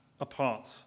apart